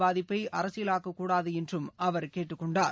பாதிப்பைஅரசியலாக்கக்கூடாதுஎன்றும் அவர் கேட்டுக்கொண்டார்